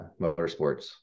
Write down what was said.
motorsports